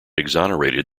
exonerated